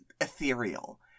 ethereal